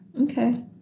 Okay